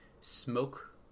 smoke